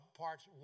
parts